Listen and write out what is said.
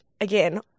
again